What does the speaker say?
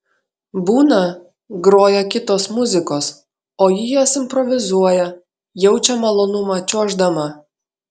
būna groja kitos muzikos o ji jas improvizuoja jaučia malonumą čiuoždama